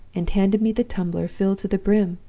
and handed me the tumbler filled to the brim.